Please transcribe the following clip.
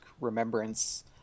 remembrance